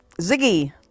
ziggy